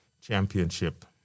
championship